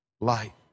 light